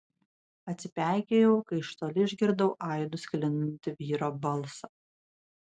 atsipeikėjau kai iš toli išgirdau aidu sklindantį vyro balsą